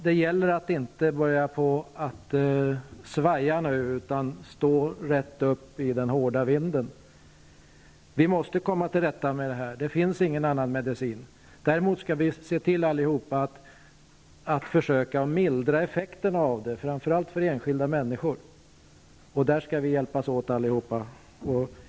Det gäller att nu inte börja på att svaja utan stå rätt upp i den hårda vinden. Vi måste komma till rätta med det här. Det finns ingen annan medicin. Däremot skall vi se till att försöka mildra effekterna, framför allt för enskilda människor. Där skall vi hjälpas åt allihop.